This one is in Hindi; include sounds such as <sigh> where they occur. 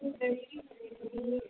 <unintelligible>